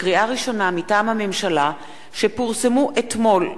פורסמו אתמול,